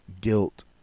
guilt